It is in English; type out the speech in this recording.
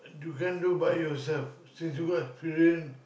you can't do by yourself since you got experience